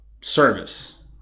Service